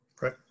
Right